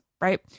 right